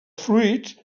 fruits